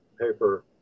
paper